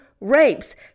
rapes